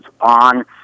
on